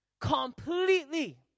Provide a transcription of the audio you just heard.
Completely